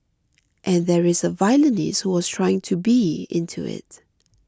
and there is a violinist who was trying to be into it